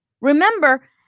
remember